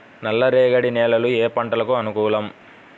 నల్లరేగడి నేలలు ఏ పంటలకు అనుకూలం?